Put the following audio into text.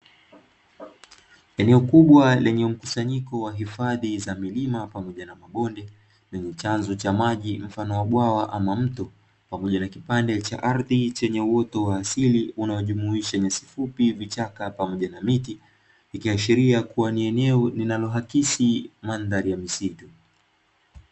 Eneo kubwa lenye mkusanyiko wa hifadhi za milima pamoja na mabonde, lenye chanzo cha maji mfano wa bwawa ama mto, pamoja na kipande cha ardhi chenye uotu wa asili unaojumuisha nyasi fupi, vichaka pamoja na miti. Ikiashiria kuwa ni eneo linalo akisi mandhari ya misitu.